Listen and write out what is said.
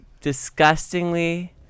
disgustingly